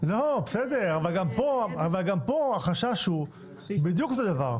בסדר, אבל גם החשש הוא בדיוק אותו דבר.